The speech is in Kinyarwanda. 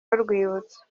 y’urwibutso